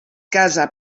casa